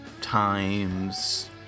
times